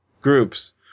groups